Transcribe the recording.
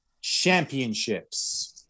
Championships